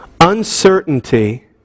uncertainty